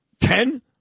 Ten